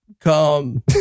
come